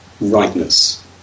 rightness